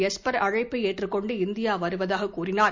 Esper அழைப்பை ஏற்றுக்கொண்டு India வருவதாக கூறினார்